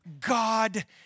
God